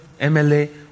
MLA